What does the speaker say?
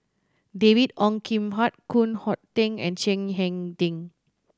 David Ong Kim Huat Koh Hoon Teck and Chiang Hai Ding